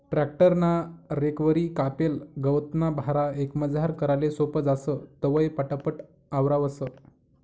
tractor ना रेकवरी कापेल गवतना भारा एकमजार कराले सोपं जास, तवंय पटापट आवरावंस